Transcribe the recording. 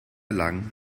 lang